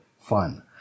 fun